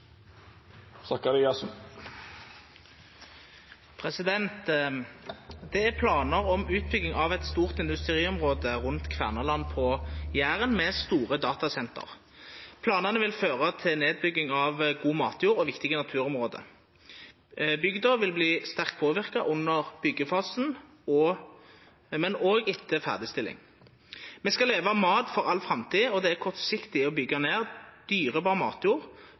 nedbygging av god matjord og viktige naturområde. Bygda vil verta sterkt påverka under byggefasen, men også etter ferdigstilling. Me skal leva av mat for all framtid, og det er kortsiktig å bygga ned dyrebar matjord